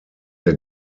der